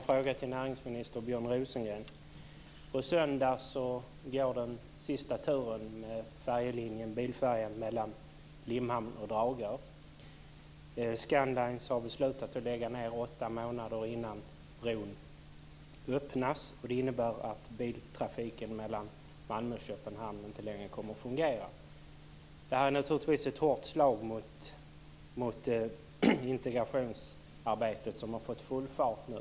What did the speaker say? Fru talman! Jag har en fråga till näringsminister Limhamn och Dragör. Scandlines har beslutat att lägga ned den åtta månader innan bron öppnas, och det innebär att biltrafiken mellan Malmö och Köpenhamn inte längre kommer att fungera. Det är naturligtvis ett hårt slag mot integrationsarbetet, som har fått full fart nu.